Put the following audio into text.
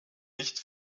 nicht